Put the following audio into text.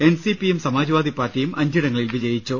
N സി പിയും സമാജ്വാദി പാർട്ടിയും അഞ്ചിടങ്ങളിൽ വിജയിച്ചു